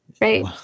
Right